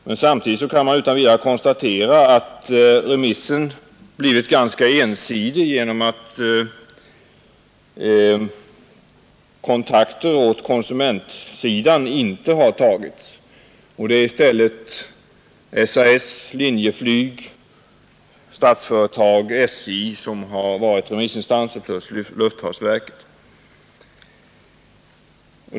Men samtidigt kan man utan vidare konstatera att remissen blivit ganska ensidig genom att man inte tagit några kontakter med konsumentsidan. Det är i stället SAS, Linjeflyg, Statsföretag och SJ samt luftfartsverket och Turisttrafikförbundet som varit remissinstanser.